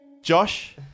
Josh